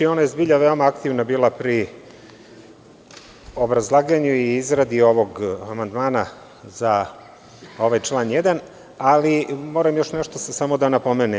Ona je zbilja veoma aktivna bila pri obrazlaganju i izradi ovog amandmana za ovaj član 1, ali moram još nešto samo da napomenem.